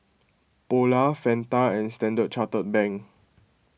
Polar Fanta and Standard Chartered Bank